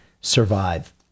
survive